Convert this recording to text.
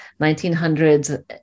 1900s